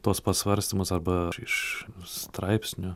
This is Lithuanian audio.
tuos pasvarstymus arba iš straipsnių